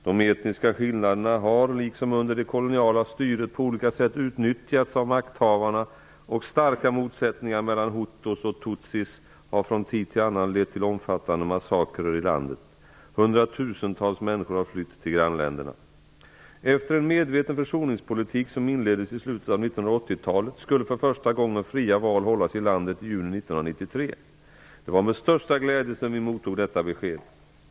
De etniska skillnaderna har liksom under det koloniala styret på olika sätt utnyttjats av makthavarna, och starka motsättningar mellan hutus och tutsis har från tid till annan lett till omfattande massakrer i landet. Hundratusentals människor har flytt till grannländerna. Efter en medveten försoningspolitik som inleddes i slutet av 1980-talet skulle för första gången fria val hållas i landet i juni 1993. Det var med största glädje som vi mottog detta besked.